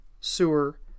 sewer